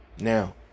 Now